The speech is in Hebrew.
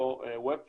לא web filtering,